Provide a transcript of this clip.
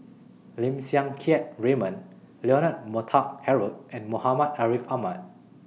Lim Siang Keat Raymond Leonard Montague Harrod and Muhammad Ariff Ahmad